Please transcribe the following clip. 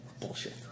Bullshit